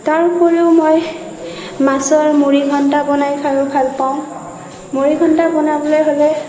তাৰ উপৰিও মই মাছৰ মুৰিঘন্টা বনাই খাইও ভাল পাওঁ মুৰিঘন্টা বনাবলৈ হ'লে